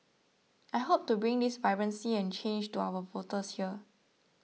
I hope to bring this vibrancy and change to our voters here